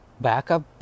Backup